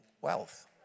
wealth